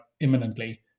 imminently